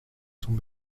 sont